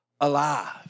Alive